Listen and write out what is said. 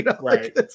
Right